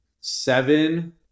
Seven